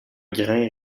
grain